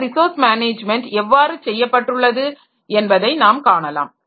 இந்த resource management எவ்வாறு செய்யப்பட்டுள்ளது என்பதை நாம் காணலாம்